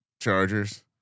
Chargers